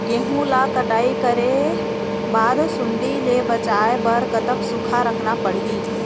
गेहूं ला कटाई करे बाद सुण्डी ले बचाए बर कतक सूखा रखना पड़ही?